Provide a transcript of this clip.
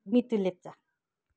Mitu Lepcha